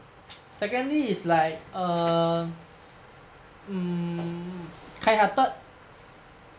I have